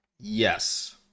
Yes